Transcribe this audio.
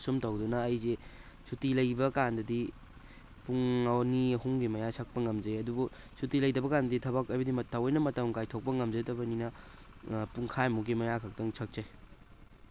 ꯑꯁꯨꯝ ꯇꯧꯗꯨꯅ ꯑꯩꯁꯤ ꯁꯨꯇꯤ ꯂꯩꯕ ꯀꯥꯟꯗꯗꯤ ꯄꯨꯡ ꯑꯅꯤ ꯑꯍꯨꯝꯒꯤ ꯃꯌꯥ ꯁꯛꯄ ꯉꯝꯖꯩ ꯑꯗꯨꯕꯨ ꯁꯨꯇꯤ ꯂꯩꯇꯕ ꯀꯥꯟꯗꯗꯤ ꯊꯕꯛ ꯍꯥꯏꯕꯗꯤ ꯊꯑꯣꯏꯅ ꯃꯇꯝ ꯀꯥꯏꯊꯣꯛꯄ ꯉꯝꯖꯗꯕꯅꯤꯅ ꯄꯨꯡꯈꯥꯏꯃꯨꯛꯀꯤ ꯃꯌꯥ ꯈꯛꯇꯪ ꯁꯛꯆꯩ